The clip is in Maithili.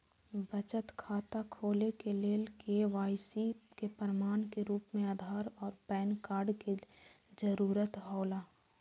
बचत खाता खोले के लेल के.वाइ.सी के प्रमाण के रूप में आधार और पैन कार्ड के जरूरत हौला